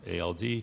ALD